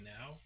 now